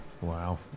Wow